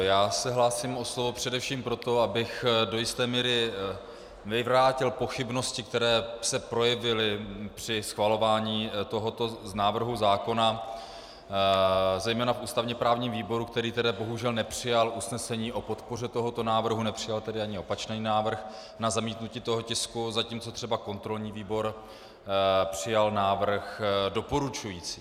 Já se hlásím o slovo především proto, abych do jisté míry vyvrátil pochybnosti, které se projevily při schvalování tohoto návrhu zákon zejména v ústavněprávním výboru, který tedy bohužel nepřijal usnesení o podpoře tohoto návrhu, nepřijal tedy ani opačný návrh na zamítnutí tohoto tisku, zatímco třeba kontrolní výbor přijal návrh doporučující.